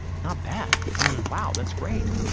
not bad, right? wow, that's great.